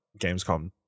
gamescom